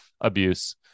abuse